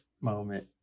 moment